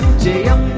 jail